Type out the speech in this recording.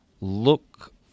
Look